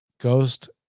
Ghost